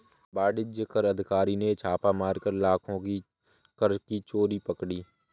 वाणिज्य कर अधिकारी ने छापा मारकर लाखों की कर की चोरी पकड़ी